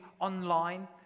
online